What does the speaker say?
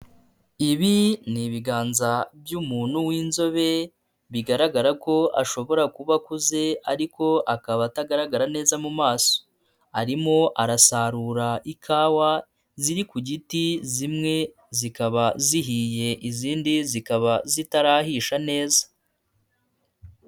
Ibi ni ibiganza by'umuntu w'inzobe bigaragara ko ashobora kuba akuze ariko akaba atagaragara neza mu maso arimo arasarura ikawa ziri ku giti zimwe zikaba zihiye izindi zikaba zitarahisha neza.